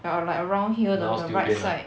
ya a~ like around here the right side